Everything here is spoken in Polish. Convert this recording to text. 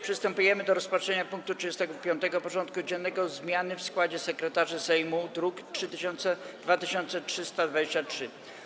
Przystępujemy do rozpatrzenia punktu 35. porządku dziennego: Zmiany w składzie sekretarzy Sejmu (druk nr 2323)